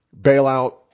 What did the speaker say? bailout